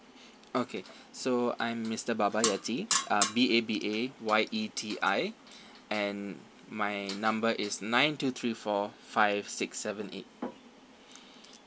okay so I'm mister babayeti uh B A B A Y E T I and my number is nine two three four five six seven eight